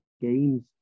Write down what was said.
games